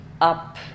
up